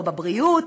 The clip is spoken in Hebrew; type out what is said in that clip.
לא בבריאות,